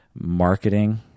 marketing